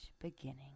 beginning